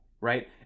right